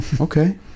Okay